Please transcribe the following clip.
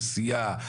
נסיעה.